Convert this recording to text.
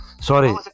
sorry